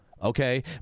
Okay